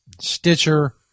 Stitcher